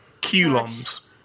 Coulombs